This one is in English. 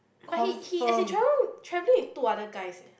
but he he as in Chai-Yong travelling with two other guys eh